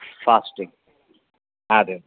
fasting అదే